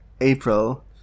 April